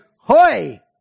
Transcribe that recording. hoy